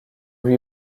lui